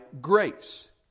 grace